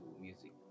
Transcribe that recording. music